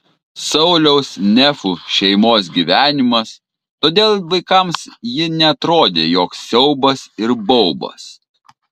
sauliaus nefų šeimos gyvenimas todėl vaikams ji neatrodė joks siaubas ir baubas